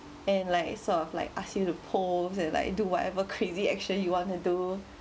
and like sort of like ask you to pose and like do whatever crazy action you want to do